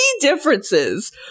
differences